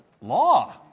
Law